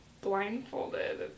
blindfolded